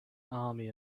army